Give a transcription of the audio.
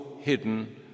hidden